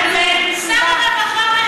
שר הרווחה,